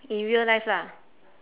in real life lah